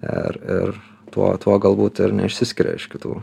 ir ir tuo tuo galbūt ir neišsiskiria iš kitų